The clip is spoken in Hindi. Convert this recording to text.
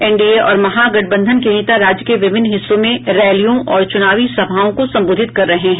एनडीए और महागठबंधन के नेता राज्य के विभिन्न हिस्सों में रैलियों और चुनावी सभाओं को संबोधित कर रहे हैं